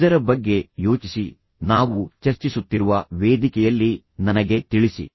ಇದರ ಬಗ್ಗೆ ಯೋಚಿಸಿ ನಾವು ಚರ್ಚಿಸುತ್ತಿರುವ ವೇದಿಕೆಯಲ್ಲಿ ನನಗೆ ತಿಳಿಸಿ